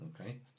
Okay